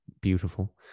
beautiful